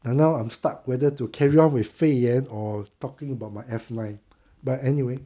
and now I'm stuck whether to carry out with 肺炎 or talking about my F nine but anyway